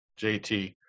JT